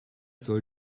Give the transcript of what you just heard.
soll